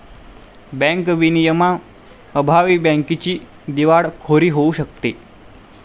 bank विनियमांअभावी बँकेची दिवाळखोरी होऊ शकते